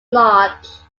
large